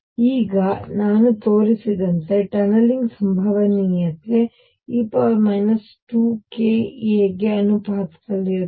ಈಗ ನಾನು ನಿಮಗೆ ತೋರಿಸಿದಂತೆ ಟನಲಿಂಗ್ ಸಂಭವನೀಯತೆ e 2ka ಗೆ ಅನುಪಾತದಲ್ಲಿರುತ್ತದೆ